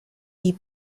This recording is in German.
die